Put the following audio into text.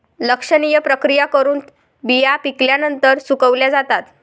लक्षणीय प्रक्रिया करून बिया पिकल्यानंतर सुकवल्या जातात